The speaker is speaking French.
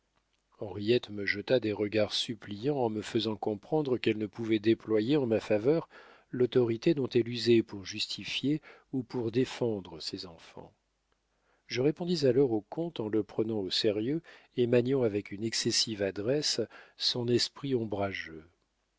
henriette me jeta des regards suppliants en me faisant comprendre qu'elle ne pouvait déployer en ma faveur l'autorité dont elle usait pour justifier ou pour défendre ses enfants je répondis alors au comte en le prenant au sérieux et maniant avec une excessive adresse son esprit ombrageux